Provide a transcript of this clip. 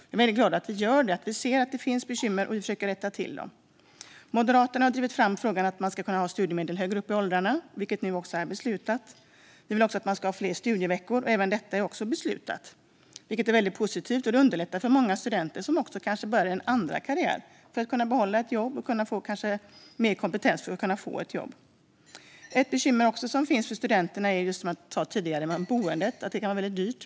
Jag är glad att vi gör det. Vi ser att det finns bekymmer och försöker rätta till dem. Moderaterna har drivit fram frågan att man ska kunna ha studiemedel högre upp i åldrarna, vilket nu också är beslutat. Vi vill också att det ska vara fler studieveckor, och även detta är beslutat. Det är positivt och underlättar för många studenter som också kanske påbörjar en andra karriär för att kunna behålla ett jobb eller behöver mer kompetens för att kunna få ett jobb. Ett bekymmer för studenterna är också, som jag sa tidigare, boendet. Det kan vara väldigt dyrt.